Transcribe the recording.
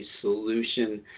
solution